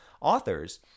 authors